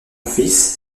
fils